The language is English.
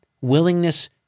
willingness